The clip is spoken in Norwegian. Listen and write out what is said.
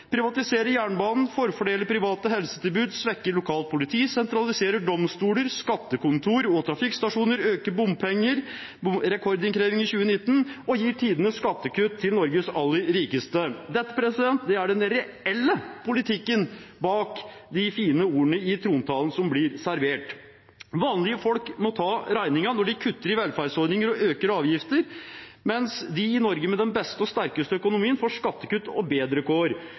jernbanen, forfordeler private helsetilbud, svekker lokalt politi, sentraliserer domstoler, skattekontor og trafikkstasjoner, øker bompenger, med rekordinnkreving i 2019, og gir tidenes skattekutt til Norges aller rikeste. Dette er den reelle politikken bak de fine ordene i trontalen som blir servert. Vanlige folk må ta regningen når man kutter i velferdsordninger og øker avgifter, mens de i Norge med den beste og sterkeste økonomien får skattekutt